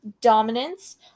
dominance